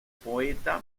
poeta